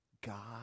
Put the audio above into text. God